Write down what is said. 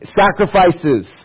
sacrifices